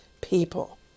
people